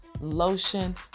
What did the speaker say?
lotion